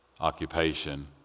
occupation